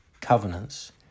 covenants